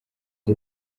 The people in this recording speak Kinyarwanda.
the